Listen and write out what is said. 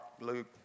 Luke